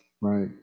Right